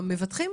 מהמבטחים?